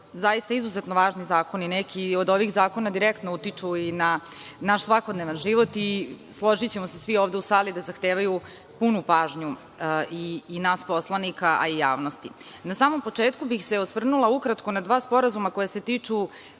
zaista izuzetno važni zakoni. Neki od ovih zakona direktno utiču i na naš svakodnevni život i, složićemo se svi ovde u sali, zahtevaju punu pažnju i nas poslanika, a i javnosti. Na samom početku bih se osvrnula ukratko na dva sporazuma koja se tiču